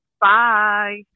Bye